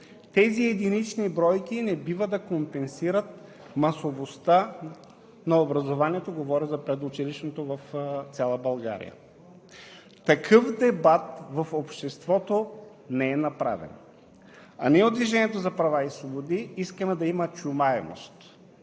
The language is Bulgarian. тези единични бройки не бива да компенсират масовостта на образованието, говоря за предучилищното, в цяла България. Такъв дебат в обществото не е направен. А ние от „Движението за права и свободи“ искаме да има чуваемост.